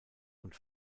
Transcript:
und